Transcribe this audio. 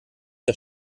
der